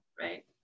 right